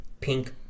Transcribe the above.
pink